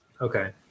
Okay